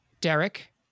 Derek